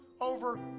over